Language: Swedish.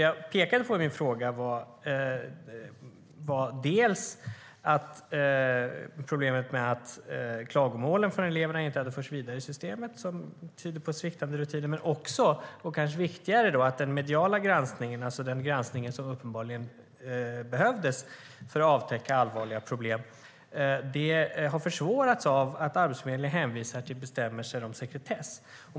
Jag pekade i min fråga på att problemet med att klagomålen från eleverna inte hade förts vidare i systemet, vilket tyder på sviktande rutiner, och än viktigare att den mediala granskningen, det vill säga den granskning som uppenbarligen behövdes för att avtäcka allvarliga problem, försvårades av att Arbetsförmedlingen hänvisade till bestämmelser om sekretess.